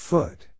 Foot